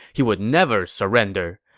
he would never surrender.